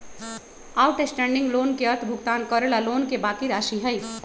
outstanding loan के अर्थ भुगतान करे ला लोन के बाकि राशि हई